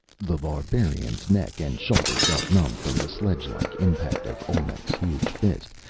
the barbarian's neck and shoulder felt numb from the sledge-like impact of olmec's huge fist,